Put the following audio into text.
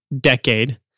decade